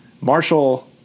Marshall